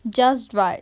just write